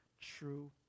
true